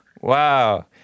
Wow